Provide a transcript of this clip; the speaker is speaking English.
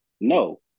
no